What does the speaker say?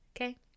Okay